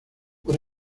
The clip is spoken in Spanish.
por